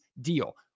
deal